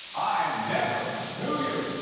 i never knew you.